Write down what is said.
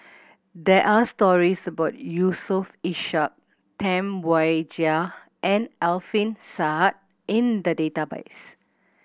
there are stories about Yusof Ishak Tam Wai Jia and Alfian Sa'at in the database